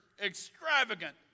extravagant